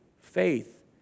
faith